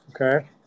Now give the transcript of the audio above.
Okay